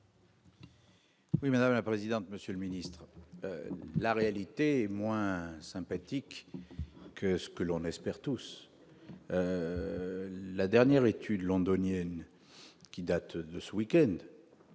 Oui, madame la présidente, monsieur le ministre, la réalité est moins sympathique que ce que l'on espère tous la dernière étude londonienne qui date de ce week-end.